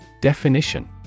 Definition